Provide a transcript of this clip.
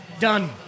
Done